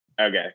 Okay